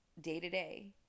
day-to-day